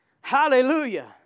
Hallelujah